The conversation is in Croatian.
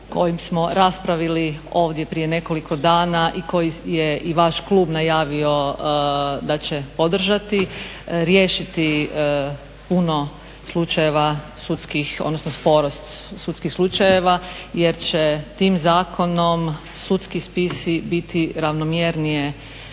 koji smo raspravili ovdje prije nekoliko dana i koji je i vaš klub najavio da će podržati riješiti puno slučajeva sudskih, odnosno sporost sudskih slučajeva jer će tim zakonom sudski spisi biti ravnomjernije